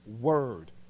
word